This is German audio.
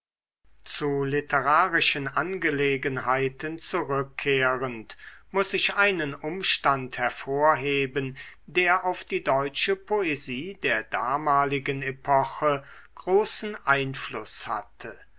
zu literarischen angelegenheiten zurückkehrend muß ich einen umstand hervorheben der auf die deutsche poesie der damaligen epoche großen einfluß hatte